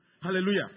Hallelujah